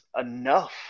enough